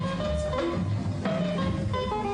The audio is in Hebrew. נתמקד בסוגיה של המעבר של המורים בעיקר